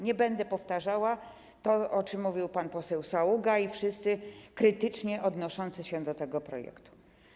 Nie będę powtarzała tego, o czym mówił pan poseł Saługa i wszyscy krytycznie odnoszący się do tego projektu.